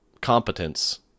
competence